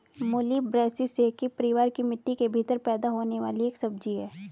मूली ब्रैसिसेकी परिवार की मिट्टी के भीतर पैदा होने वाली एक सब्जी है